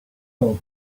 dog